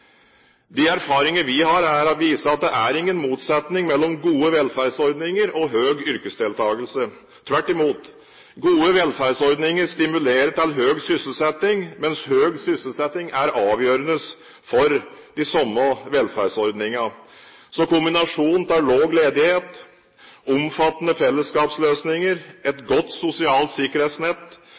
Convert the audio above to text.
De erfaringer vi har, viser at det ikke er noen motsetning mellom gode velferdsordninger og høy yrkesdeltakelse. Tvert imot, gode velferdsordninger stimulerer til høy sysselsetting, mens høy sysselsetting er avgjørende for de samme velferdsordningene. Så kombinasjonen av lav ledighet, omfattende fellesskapsløsninger, et godt sosialt sikkerhetsnett,